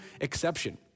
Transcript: exception